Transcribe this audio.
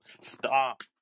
Stop